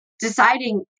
deciding